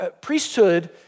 Priesthood